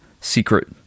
secret